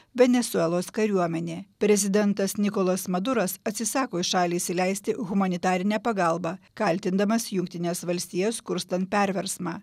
venesuelos kariuomenė prezidentas nikolas maduras atsisako į šalį įsileisti humanitarinę pagalbą kaltindamas jungtines valstijas kurstant perversmą